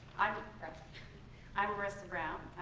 i'm i'm marissa brown